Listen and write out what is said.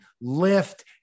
lift